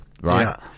right